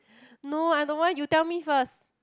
no I don't want you tell me first